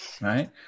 right